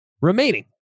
remaining